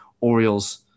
Orioles